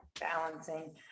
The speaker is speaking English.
Balancing